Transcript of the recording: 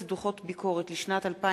הצעת חוק החברות (תיקון,